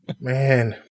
Man